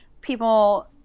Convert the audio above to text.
people